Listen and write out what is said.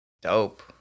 Dope